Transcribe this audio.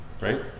right